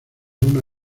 una